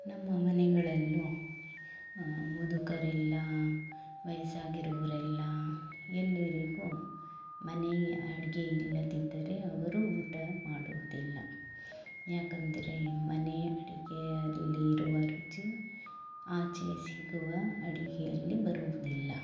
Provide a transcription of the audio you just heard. ನಮ್ಮ ಮನೆಗಳಲ್ಲೂ ಮುದುಕರೆಲ್ಲ ವಯಸ್ಸಾಗಿರುವರೆಲ್ಲ ಎಲ್ಲರಿಗೂ ಮನೆಯ ಅಡಿಗೆ ಇಲ್ಲದಿದ್ದರೆ ಅವರು ಊಟ ಮಾಡುವುದಿಲ್ಲ ಯಾಕಂದರೆ ಮನೆಯ ಅಡಿಗೆಯಲ್ಲಿರುವ ರುಚಿ ಆಚೆ ಸಿಗುವ ಅಡಿಗೆಯಲ್ಲಿ ಬರುವುದಿಲ್ಲ